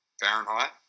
Fahrenheit